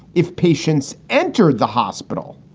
if patients entered the hospital,